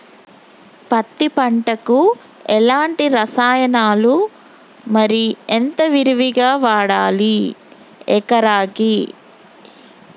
పత్తి పంటకు ఎలాంటి రసాయనాలు మరి ఎంత విరివిగా వాడాలి ఎకరాకి?